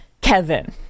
Kevin